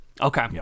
Okay